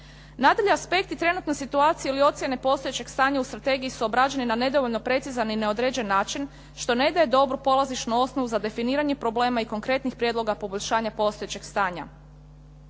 Nadalje, aspekti trenutne situacije ili ocjene postojećeg stanja u strategiji su obrađeni na nedovoljno precizan i neodređen način što ne daje dobru polazišnu osnovu za definiranje problema i konkretnih prijedloga poboljšanja postojećeg stanja.